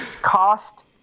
cost